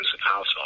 household